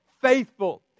faithful